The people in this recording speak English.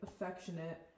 affectionate